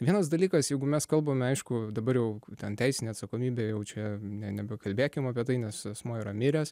vienas dalykas jeigu mes kalbame aišku dabar jau ten teisinė atsakomybė jaučia ne nebekalbėkim apie tai nes asmuo yra miręs